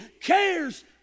cares